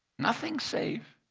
nothing safe.